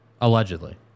Allegedly